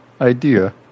idea